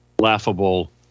laughable